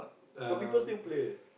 got people still play eh